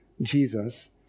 Jesus